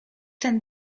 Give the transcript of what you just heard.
ten